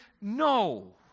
No